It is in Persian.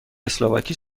اسلواکی